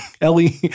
Ellie